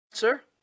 sir